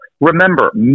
Remember